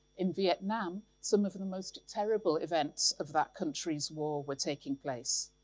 in vietnam, some of of the most terrible events of that country's war were taking place.